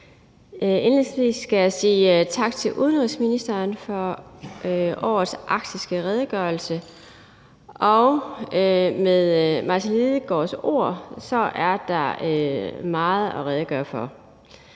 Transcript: skal jeg sige tak til udenrigsministeren for årets arktiske redegørelse, og med hr. Martin Lidegaards ord er der meget at redegøre for.